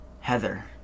Heather